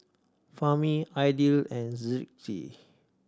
Fahmi Aidil and Rizqi